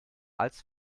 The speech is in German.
als